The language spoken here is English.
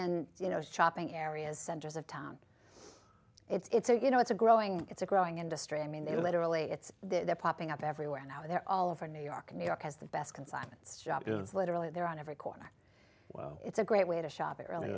in you know shopping areas centers of town it's a you know it's a growing it's a growing industry i mean they literally it's they're popping up everywhere now they're all over new york new york has the best consignments shop is literally there on every corner well it's a great way to shop it really